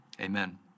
amen